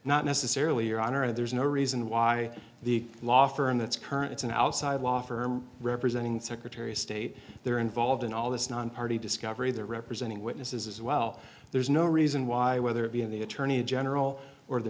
not necessarily your honor there's no reason why the law firm that's current it's an outside law firm representing secretary of state they're involved in all this nonparty discovery they're representing witnesses as well there's no reason why whether it be in the attorney general or the